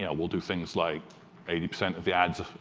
yeah we'll do things like eighty percent of the ads